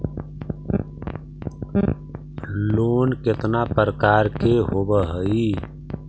Loan केतना प्रकार के होव हइ?